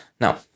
Now